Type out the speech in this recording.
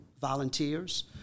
volunteers